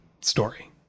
story